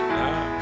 now